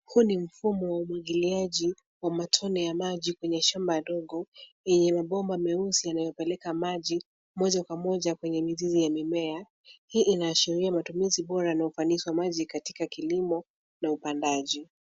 Huu ni mfumo wa umwagiliaji wa matone ya maji kwenye shamba ndogo yenye mabomba meusi yanayopeleka maji moja kwa moja kwenye mizizi ya mimea. Hii inaashiria matumizi bora na ufanisi wa maji katika kilimo na upandaji.